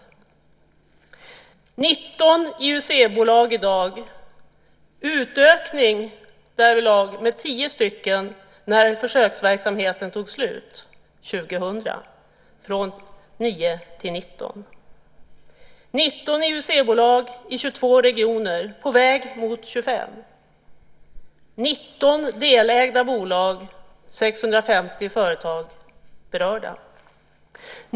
Det finns 19 IUC-bolag i dag. Därvidlag har det skett en ökning med 10 stycken sedan försöksverksamheten avslutades, år 2000, från 9 till 19. Det är 19 IUC-bolag i 22 regioner, på väg mot att bli 25. Det är 19 delägda bolag. 650 företag är berörda.